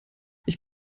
ich